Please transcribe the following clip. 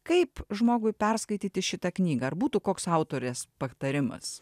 kaip žmogui perskaityti šitą knygą ar būtų koks autorės patarimas